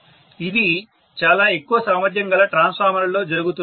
ఇది చాలా ఎక్కువ సామర్థ్యం గల ట్రాన్స్ఫార్మర్లలో జరుగుతుంది